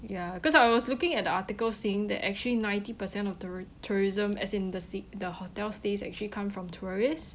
ya cause I was looking at the article saying that actually ninety percent of tou~ tourism as in the s~ the hotel stays actually come from tourists